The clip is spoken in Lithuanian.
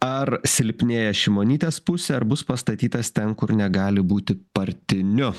ar silpnėja šimonytės pusė ar bus pastatytas ten kur negali būti partiniu